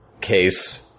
case